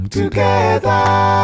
together